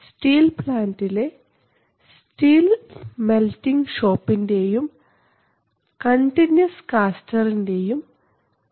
steel പ്ലാൻറ്ലെ ഭാഗങ്ങളായ steel melting ഷോപ്പിൻറെയും കണ്ടിന്യൂസ് കാസ്റ്റർൻറെയും കാര്യം ആദ്യം എടുക്കുക